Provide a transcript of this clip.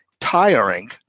tiring